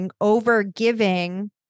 over-giving